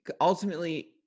ultimately